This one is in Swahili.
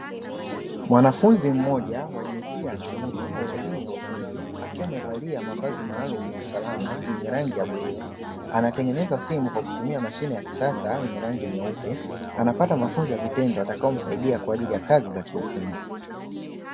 Mwanafunzi mmoja wa jinsia ya kiume wa elimu ya ufundi; akiwa amevalia mavazi maalumu ya usalama yenye rangi ya bluu, anatengeneza simu kwa kutumia mashine ya kisasa yenye rangi nyeupe, anapata mafunzo ya vitendo yatakayomsaidia kwa ajili ya kazi za kiufundi.